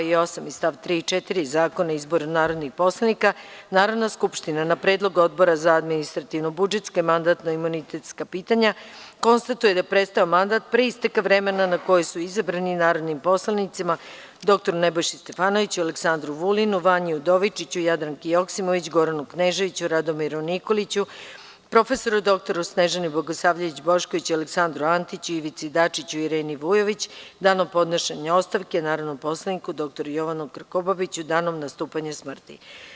2. i 8. i st. 3. i 4. Zakona o izboru narodnih poslanika, Narodna skupština, na predlog Odbora za administrativno-budžetska i mandatno-imunitetska pitanja, konstatuje da je prestao mandat, pre isteka vremena na koje su izabrani, narodnim poslanicima dr Nebojši Stefanoviću, Aleksandru Vulinu, Vanji Udovičiću, Jadranki Joksimović, Goranu Kneževiću, Radomiru Nikoliću, prof. dr Snežani Bogosavljević Bošković, Aleksandru Antiću, Ivici Dačiću i Ireni Vujović, danom podnošenja ostavke, a narodnom poslaniku dr Jovanu Krkobabiću, danom nastupanja smrti.